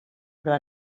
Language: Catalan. però